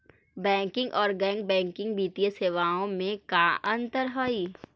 Banking और गैर banking वित्तीय सेवाओं में का अंतर हइ?